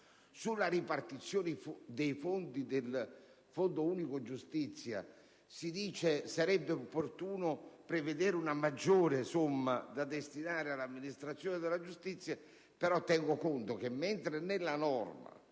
Sulla ripartizione dei fondi del Fondo unico giustizia rispetto ai quali si dice che sarebbe opportuno prevedere una maggiore somma da destinare all'amministrazione della giustizia, rilevo che mentre nella norma